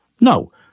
no